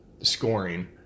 scoring